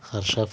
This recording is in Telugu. హర్ష ఫుడ్